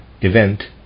event